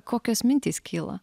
kokios mintys kyla